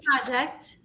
project